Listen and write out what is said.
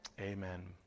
amen